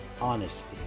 honesty